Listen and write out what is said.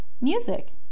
music